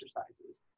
exercises